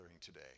today